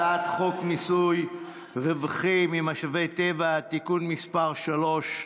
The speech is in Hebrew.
הצעת חוק מיסוי רווחים ממשאבי טבע (תיקון מס' 3),